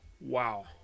wow